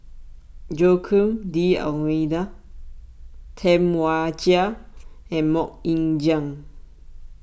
Joaquim D'Almeida Tam Wai Jia and Mok Ying Jang